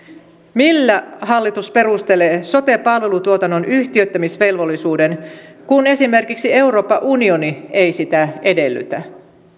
millä hallitus perustelee sote palvelutuotannon yhtiöittämisvelvollisuuden kun esimerkiksi euroopan unioni ei sitä edellytä